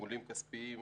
תגמולים כספיים,